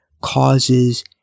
causes